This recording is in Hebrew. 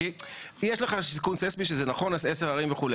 יש לך סיכון ססמי שזה נכון, עשר ערים וכו'.